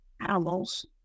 animals